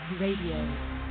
Radio